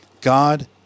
God